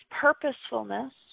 purposefulness